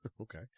Okay